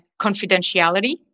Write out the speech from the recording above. confidentiality